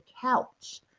couch